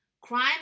Crime